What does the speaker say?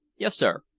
yes, sir,